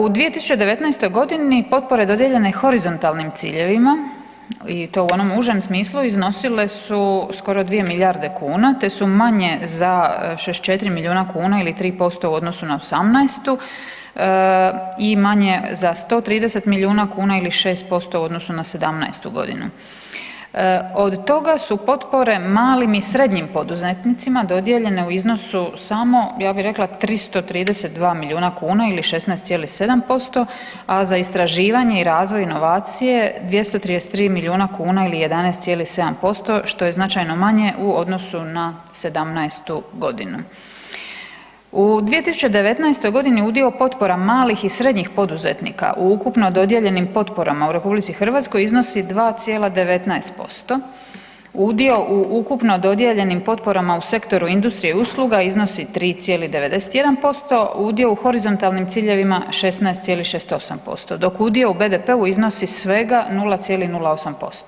U 2019.g. potpore dodijeljene horizontalnim ciljevima i to u onom užom smislu iznosile su skoro 2 milijarde kuna te su manje za 64 milijuna kuna ili 3% u odnosu na '18. i manje za 130 milijuna kuna ili 6% u odnosu na '17.g. Od toga su potopre malim i srednjim poduzetnicima dodijeljene u iznosu samo, ja bi rekla 332 milijuna kuna ili 16,7%, a za istraživanje i razvoj inovacije 233 milijuna kuna ili 11,7% što je značajno manje u odnosu na '17.g. U 2019.g. udio potpora malih i srednjih poduzetnika u ukupno dodijeljenim potporama u RH iznosi 2,19%, udio u ukupno dodijeljenim potporama u sektoru industrije i usluga iznosi 3,91%, udio u horizontalnim ciljevima 16,68% dok udio u BDP-u iznosi svega 0,08%